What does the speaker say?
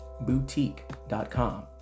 boutique.com